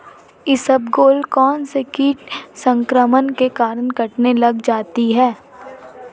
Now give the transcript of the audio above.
इसबगोल कौनसे कीट संक्रमण के कारण कटने लग जाती है?